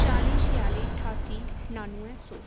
चाली छियाली ठासी नानवैं सौ